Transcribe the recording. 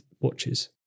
watches